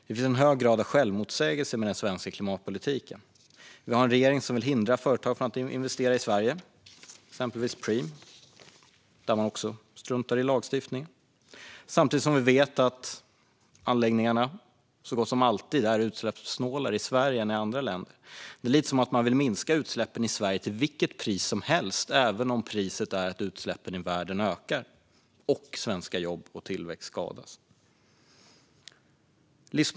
Det finns en hög grad av självmotsägelser i den svenska klimatpolitiken. Vi har en regering som vill hindra företag från att investera i Sverige, exempelvis Preem där regeringen också struntar i lagstiftningen. Samtidigt vet vi att anläggningarna så gott som alltid är utsläppssnålare i Sverige än i andra länder. Det är lite som att man vill minska utsläppen i Sverige till vilket pris som helst, även om priset är att utsläppen i världen ökar och svenska jobb och svensk tillväxt skadas.